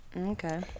Okay